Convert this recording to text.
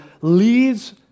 leads